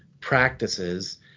practices